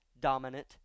dominant